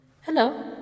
Hello